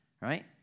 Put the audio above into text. right